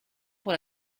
pour